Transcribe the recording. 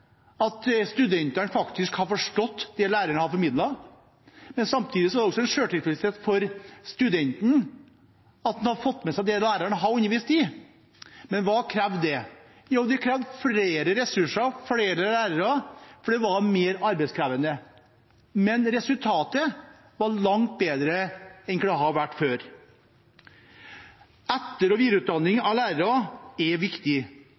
at studentene faktisk hadde forstått det læreren hadde formidlet. Samtidig var det tilfredsstillende for studentene at de hadde fått med seg det læreren hadde undervist i. Men hva krevde det? Jo, det krevde flere ressurser, flere lærere, fordi det var mer arbeidskrevende, men resultatet var langt bedre enn det hadde vært før. Etter- og videreutdanning av lærere er viktig,